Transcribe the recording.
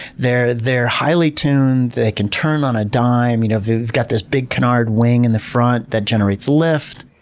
they're they're highly tuned. they can turn on a dime. you know they've got this big canard wing in the front that generates lift.